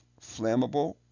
flammable